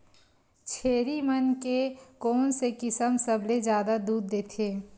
छेरी मन के कोन से किसम सबले जादा दूध देथे?